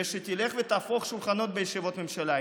ושתלך ותהפוך שולחנות בישיבות ממשלה.